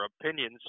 opinions